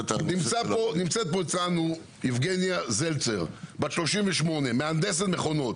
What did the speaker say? נמצאת פה איתנו יבגניה זלצר, בת 38 מהנדסת מכונות.